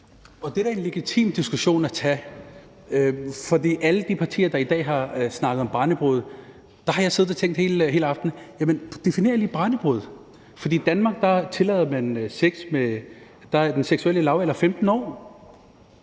Det er da en legitim diskussion at tage. For i forhold til alle de partier, der i dag har snakket om barnebrude, har jeg siddet og tænkt hele eftermiddagen: Definer lige barnebrude. For i Danmark er den seksuelle lavalder 15 år.